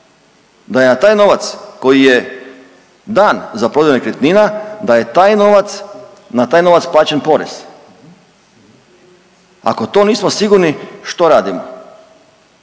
da je na taj novac koji je dan za prodaju nekretnina da je taj novac, na taj novac plaćen porez, ako to nismo sigurni što radimo.